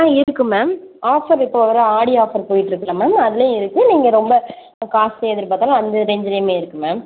ஆ இருக்கு ma'am offer இப்போ வர்ற ஆடி ஆஃபர் போயிட்டுருக்குல மேம் அதுலையும் இருக்கு நீங்கள் ரொம்ப காஸ்ட்லியாக எதிர்பாத்தாலும் அந்த ரேஞ்சுலையுமே இருக்கு மேம்